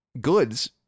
goods